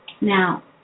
Now